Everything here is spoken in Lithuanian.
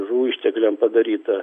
žuvų ištekliams padaryta